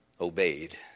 obeyed